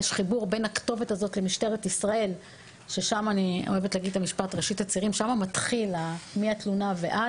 יש חיבור בין הכתובת הזאת למשטרתי ישראל שם מתחילים בתלונה.